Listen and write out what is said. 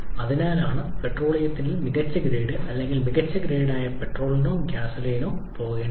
അതിനാലാണ് പെട്രോളിയത്തിന്റെ മികച്ച ഗ്രേഡ് അല്ലെങ്കിൽ മികച്ച ഗ്രേഡ് ആയ പെട്രോളിനോ ഗ്യാസോലിനോ പോകേണ്ടത്